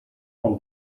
all